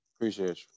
Appreciate